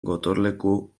gotorleku